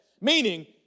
meaning